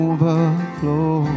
Overflow